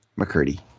McCurdy